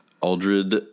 Aldred